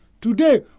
Today